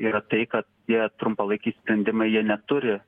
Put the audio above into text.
yra tai kad tie trumpalaikiai sprendimai jie neturi